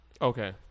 okay